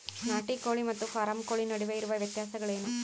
ನಾಟಿ ಕೋಳಿ ಮತ್ತು ಫಾರಂ ಕೋಳಿ ನಡುವೆ ಇರುವ ವ್ಯತ್ಯಾಸಗಳೇನು?